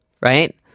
right